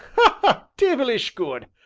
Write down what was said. ha deyvilish good!